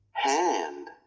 Hand